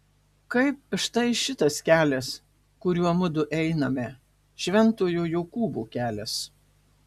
kaip štai šitas kelias kuriuo mudu einame šventojo jokūbo kelias